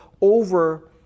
over